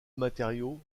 matériaux